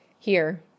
Here